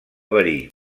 verí